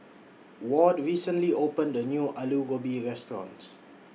Ward recently opened A New Alu Gobi Restaurant